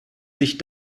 sich